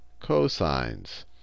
cosines